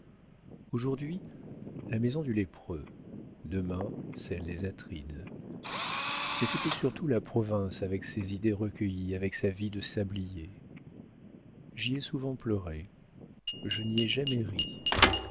aujourd'hui la maison du lépreux demain celle des atrides mais c'était surtout la province avec ses idées recueillies avec sa vie de sablier j'y ai souvent pleuré je n'y ai jamais ri